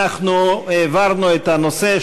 אנחנו העברנו את הנושא,